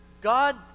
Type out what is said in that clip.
God